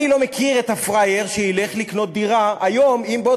אני לא מכיר את הפראייר שילך לקנות דירה היום אם בעוד